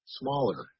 smaller